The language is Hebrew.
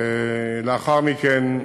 ולאחר מכן,